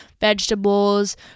vegetables